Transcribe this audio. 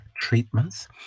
treatments